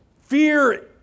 Fear